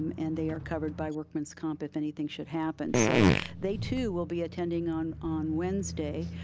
um and they are covered by workman's comp if anything should happen. so they, too, will be attending on on wednesday,